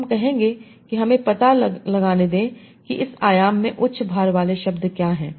तो हम कहेंगे कि हमें पता लगाने दें कि इस आयाम में उच्च भार वाले शब्द क्या हैं